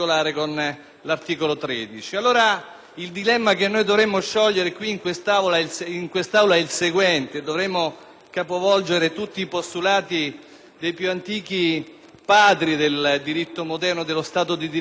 capovolgere tutti i postulati dei più antichi padri del diritto moderno dello Stato di diritto, a cominciare da Hans Kelsen, cioè dovremmo sostenere la tesi che, di fronte ad un precetto che impone agli stranieri